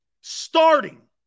starting